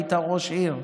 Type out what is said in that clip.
היית ראש עיר,